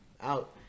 out